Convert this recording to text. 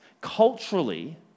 culturally